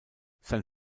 sein